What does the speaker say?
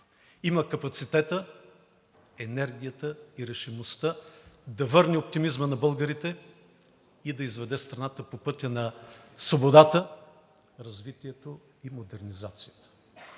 има капацитета, енергията и решимостта да върне оптимизма на българите и да изведе страната по пътя на свободата, развитието и модернизацията.